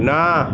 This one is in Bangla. না